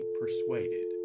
persuaded